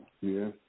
Yes